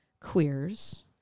queers